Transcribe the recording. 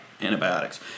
antibiotics